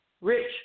Rich